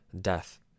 death